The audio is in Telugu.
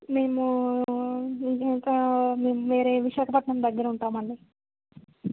మేము ఇంకా మె వేరే విశాఖపట్నం దగ్గర ఉంటాం అండి